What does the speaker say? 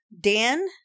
Dan